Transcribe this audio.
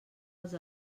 als